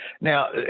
Now